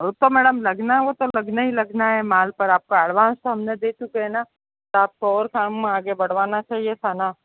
वो तो मैडम लगना है वो तो लगना ही लगना है माल पर आपको एडवांस तो हमने दे चुके है न तो आपको और काम आगे बढ़वाना चाहिए था न